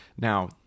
Now